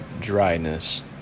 dryness